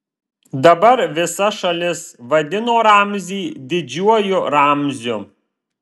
dabar visa šalis vadino ramzį didžiuoju ramziu